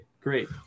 great